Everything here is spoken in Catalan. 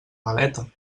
galeta